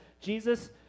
Jesus